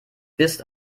bist